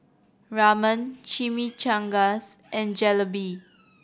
Ramen Chimichangas and Jalebi